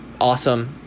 awesome